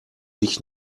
dich